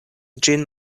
ĝin